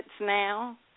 now